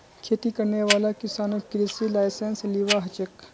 खेती करने वाला किसानक कृषि लाइसेंस लिबा हछेक